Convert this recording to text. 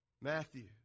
Matthew